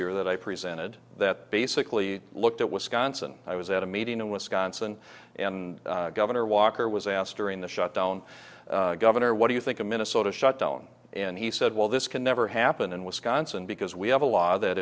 year that i presented that basically looked at wisconsin i was at a meeting in wisconsin and governor walker was asked during the shutdown governor what do you think of minnesota shutdown and he said well this can never happen in wisconsin because we have a law that